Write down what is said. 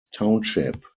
township